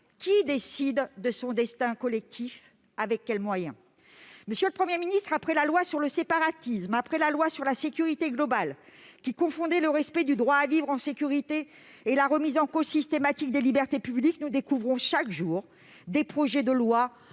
qui décide de son destin collectif ? Avec quels moyens ? Monsieur le Premier ministre, après la loi sur le séparatisme et la loi pour une sécurité globale, qui confond le respect du droit à vivre en sécurité et la remise en cause systématique des libertés publiques, nous découvrons chaque jour de nouveaux projets de loi,